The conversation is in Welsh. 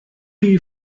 chi